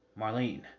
Marlene